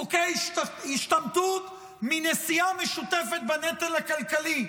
חוקי השתמטות מנשיאה משותפת בנטל הכלכלי.